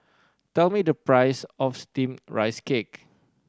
tell me the price of Steamed Rice Cake